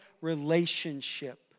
relationship